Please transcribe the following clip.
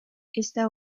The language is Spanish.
esta